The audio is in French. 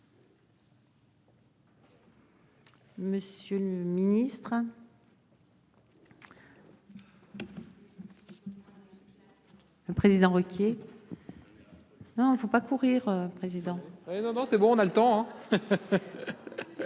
Monsieur le Ministre.-- Le président Ruquier. Non il ne faut pas courir président. Ouais non non c'est bon on a le temps